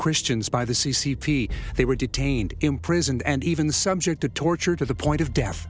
christians by the c c p they were detained imprisoned and even subject to torture to the point of death